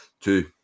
two